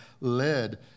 led